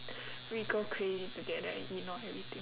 we go crazy together and ignore everything